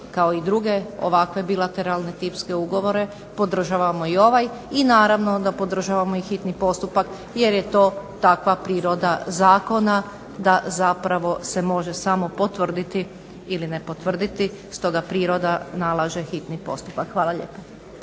kao i druge ovakve bilateralne tipske ugovore podržavamo i ovaj. I naravno onda i podržavamo i hitni postupak jer je to takva priroda zakona da zapravo se može samo potvrditi ili ne potvrditi stoga priroda nalaže hitni postupak. Hvala lijepa.